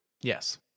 Yes